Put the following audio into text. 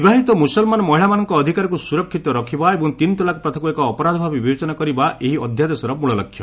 ବିବାହିତ ମୁସଲମାନ ମହିଳାମାନଙ୍କ ଅଧିକାରକୁ ସୁରକ୍ଷିତ ରଖିବା ଏବଂ ତିନିତଲାକ ପ୍ରଥାକୁ ଏକ ଅପରାଧ ଭାବେ ବିବେଚନା କରିବା ଏହି ଅଧ୍ୟାଦେଶର ମୂଳଲକ୍ଷ୍ୟ